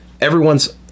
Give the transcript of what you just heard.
everyone's